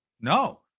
No